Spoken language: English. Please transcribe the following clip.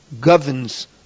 governs